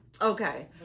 Okay